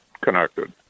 connected